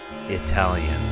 Italian